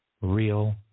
Real